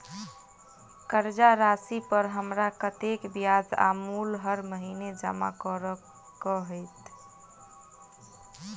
कर्जा राशि पर हमरा कत्तेक ब्याज आ मूल हर महीने जमा करऽ कऽ हेतै?